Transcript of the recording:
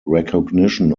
recognition